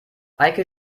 eike